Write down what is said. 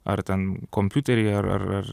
ar ten kompiutery ar ar ar